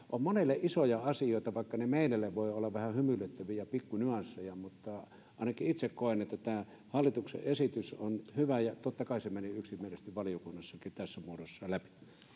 ovat monelle isoja asioita vaikka ne meille voivat olla vähän hymyilyttäviä pikku nyansseja ainakin itse koen että tämä hallituksen esitys on hyvä ja totta kai se meni yksimielisesti valiokunnassakin tässä muodossa läpi